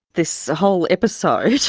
this whole episode,